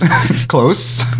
close